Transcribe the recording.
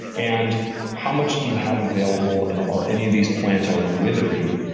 and how much do you have available, and are any of these plants already withering?